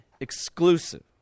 exclusive